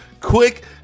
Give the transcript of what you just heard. quick